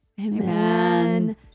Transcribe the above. Amen